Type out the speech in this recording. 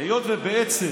היות שבעצם